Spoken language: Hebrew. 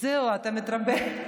זהו, אתה מתרבה.